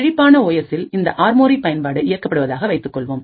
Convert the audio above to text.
செழிப்பான ஓ எஸ்ல் இந்த ஆர்மோரி பயன்பாடு இயக்கப்படுவதாக வைத்துக்கொள்வோம்